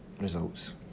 results